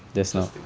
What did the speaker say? interrsting